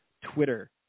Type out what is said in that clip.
Twitter